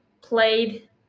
played